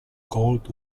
gold